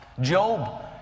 Job